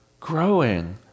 growing